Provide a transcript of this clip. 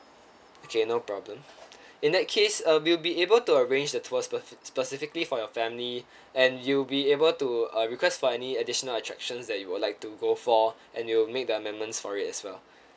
okay no problem in that case uh we'll be able to arrange the tour spe~ specifically for your family and you'll be able to uh request for any additional attractions that you would like to go for and they'll make the amendments for it as well